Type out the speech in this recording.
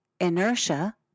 Inertia